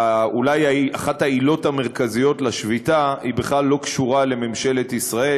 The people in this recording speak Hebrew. אולי אחת העילות המרכזיות לשביתה בכלל לא קשורה לממשלת ישראל,